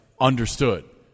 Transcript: understood